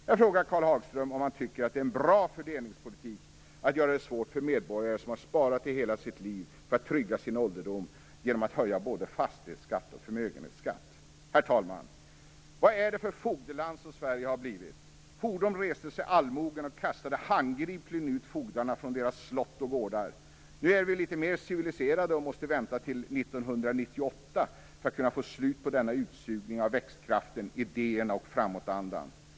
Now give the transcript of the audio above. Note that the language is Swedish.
Jag frågar Karl Hagström om han tycker att det är en bra fördelningspolitik att göra det svårt för medborgare som har sparat i hela sitt liv för att trygga sin ålderdom genom att höja både fastighetsskatt och förmögenhetsskatt. Herr talman! Vad är det för fogdeland som Sverige har blivit? Fordom reste sig allmogen och kastade handgripligen ut fogdarna från deras slott och gårdar. Nu är vi litet mer civiliserade och måste vänta till 1998 för att kunna få slut på denna utsugning av växtkraften, idéerna och framåtandan.